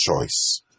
choice